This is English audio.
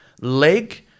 leg